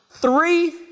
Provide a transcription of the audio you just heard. Three